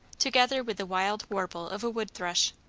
together with the wild warble of a wood-thrush.